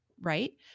right